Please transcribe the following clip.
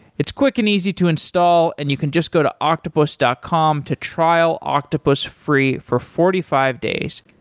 it's quick and easy to install and you can just go to octopus dot com to trial octopus free for forty five days.